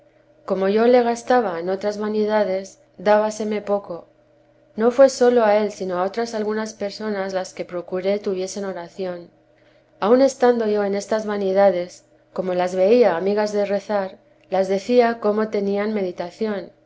como yo le gastaba en otras vanidades débaseme poco no fué sólo a él sino a otras algunas personas las que procuré tuviesen oración aun andando yo en estas vanidades como las veía amigas de rezarlas decía cómo temían meditación